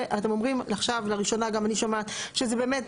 אתם אומרים עכשיו לראשונה גם אני שומעת שזה באמת,